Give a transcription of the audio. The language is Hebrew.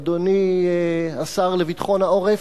אדוני השר לביטחון העורף,